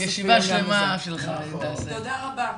תודה רבה.